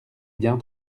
bien